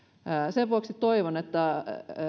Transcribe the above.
toivon että